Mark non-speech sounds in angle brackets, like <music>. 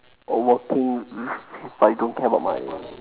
oh working <noise> but you don't care about my